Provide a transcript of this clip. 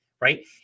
right